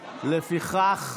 לפיכך,